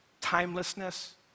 timelessness